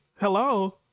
Hello